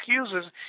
excuses